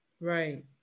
Right